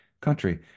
country